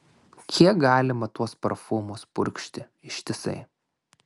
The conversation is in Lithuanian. kiek galima tuos parfumus purkštis ištisai